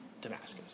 Damascus